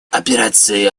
операции